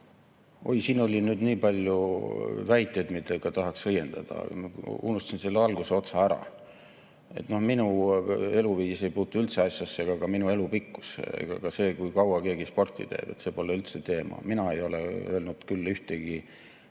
Oi, siin oli nüüd nii palju väiteid, mille vastu tahaks õiendada. Ma unustasin selle algusotsa ära. No minu eluviis ei puutu üldse asjasse ega ka minu elu pikkus ega ka see, kui kaua keegi sporti teeb. See pole üldse teema. Mina ei ole öelnud küll ühtegi